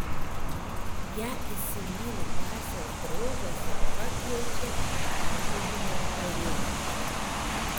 ją įsimyli klasės draugas ir pakviečia į paplūdimio vakarėlį